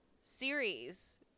series